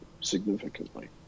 significantly